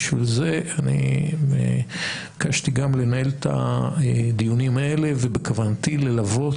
ובשביל זה אני ביקשתי לנהל את הדיונים האלה ובכוונתי ללוות